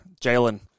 Jalen